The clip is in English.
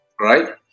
right